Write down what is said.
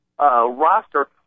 roster